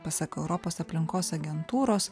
pasak europos aplinkos agentūros